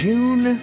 June